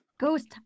ghost